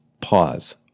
Pause